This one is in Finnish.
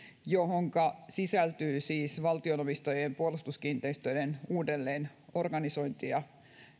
johonka sisältyvät siis valtion omistamien puolustuskiinteistöjen uudelleenorganisointia